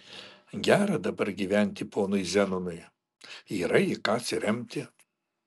gera dabar gyventi ponui zenonui yra į ką atsiremti